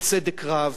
בצדק רב,